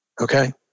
Okay